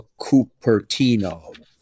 Cupertino